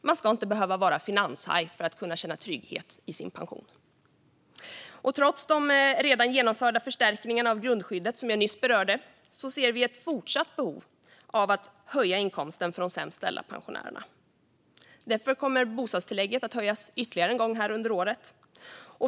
Man ska inte behöva vara finanshaj för att kunna känna trygghet i sin pension. Trots de redan genomförda förstärkningar av grundskyddet som jag nyss berörde ser vi ett fortsatt behov av att höja inkomsten för de sämst ställda pensionärerna. Därför kommer bostadstillägget att höjas ytterligare en gång under året.